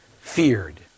feared